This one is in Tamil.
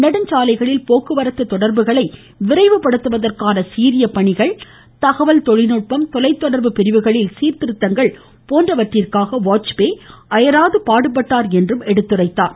நெடுஞ்சாலைகளில் போக்குவரத்து தொடர்புகளை விரைவு படுத்துவதற்கான சீரிய பணிகள் தகவல் தொழில்நுட்பம் தொலைதொடர்பு பிரிவுகளில் சீர்திருத்தங்கள் போன்றவற்றிற்காக அவர் அயராது பாடுபட்டார் என்று கூறினார்